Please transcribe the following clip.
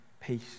peace